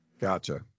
Gotcha